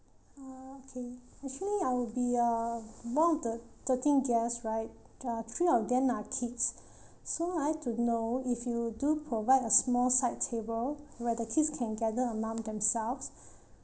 okay actually I'll be uh one of the thirteen guests right uh three of them are kids so I'd like to know if you do provide a small side table where the kids can gather among themselves